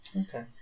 Okay